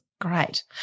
Great